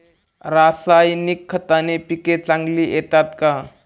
रासायनिक खताने पिके चांगली येतात का?